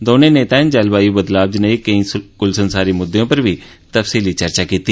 दोने नेतायें जलवाय् बदलाव ज्नेह केंई क्ल संसारी मुद्दें उप्पर बी तफसीली चर्चा कीती